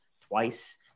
twice